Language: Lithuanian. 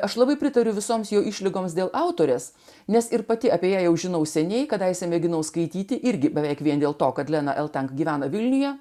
aš labai pritariu visoms jų išlygoms dėl autorės nes ir pati apie ją jau žinau seniai kadaise mėginau skaityti irgi beveik vien dėl to kad lena ir ten gyvena vilniuje